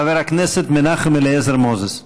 חבר הכנסת מנחם אליעזר מוזס.